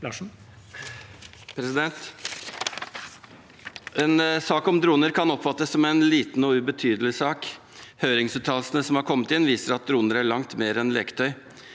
En sak om droner kan oppfattes som en liten og ubetydelig sak. Høringsuttalelsene som har kommet i den, viser at droner er langt mer enn leketøy.